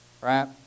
right